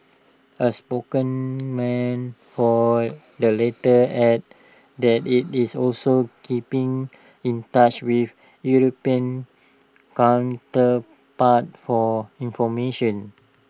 A spokesman for the latter added that IT is also keeping in touch with european counterpart for information